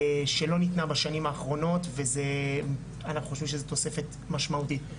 שלא ניתנה בשנים האחרונות ואנחנו חושבים שזה תוספת משמעותית.